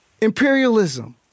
imperialism